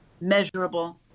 measurable